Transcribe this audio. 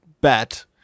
bet